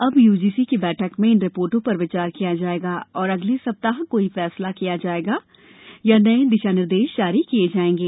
अब यूजीसी की बैठक में इन रिपोर्टो पर विचार किया जाएगा और अगले सप्ताह कोई फैसला किया जाएगा तथा नए दिशानिर्देश जारी किए जाएंगे